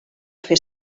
fer